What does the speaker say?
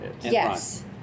Yes